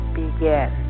begin